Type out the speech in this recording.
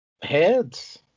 Heads